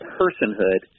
personhood